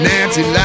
Nancy